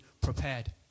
prepared